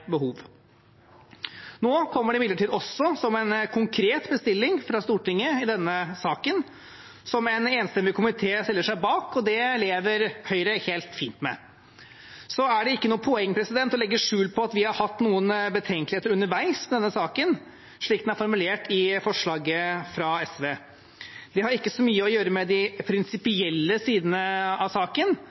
behov. Nå kommer det imidlertid også som en konkret bestilling fra Stortinget i denne saken, som en enstemmig komité stiller seg bak, og det lever Høyre helt fint med. Så er det ikke noe poeng i å legge skjul på at vi har hatt noen betenkeligheter underveis i denne saken slik den er formulert i forslaget fra SV. Det har ikke så mye å gjøre med de prinsipielle sidene av saken,